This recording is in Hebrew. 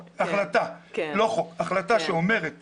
החלטה, לא חוק, שאומרת